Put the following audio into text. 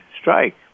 strike